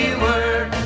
word